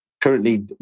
currently